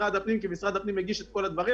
משרד הפנים כי משרד הפנים הגיש את כל הדברים,